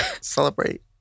Celebrate